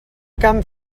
camp